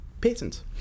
patent